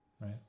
right